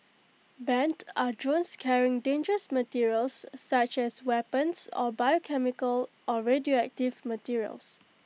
banned are drones carrying dangerous materials such as weapons or biochemical or radioactive materials